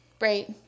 right